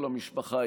כל המשפחה,